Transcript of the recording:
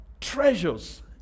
treasures